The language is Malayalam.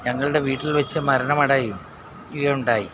ഞങ്ങളുടെ വീട്ടിൽ വച്ച് മരണമടയുകയുണ്ടായി